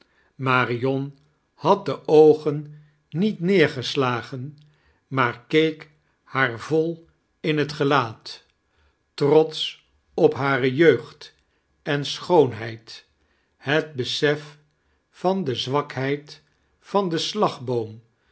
marion had de oogen niet neergeslagen maar keek haar vol in net gelaat trotsch op hare jeugd en schoonheid het besef van de zwakheid van den slagboom